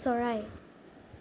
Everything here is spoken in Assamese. চৰাই